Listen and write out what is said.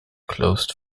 closed